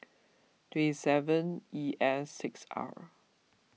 two seven E S six R